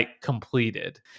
completed